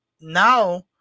now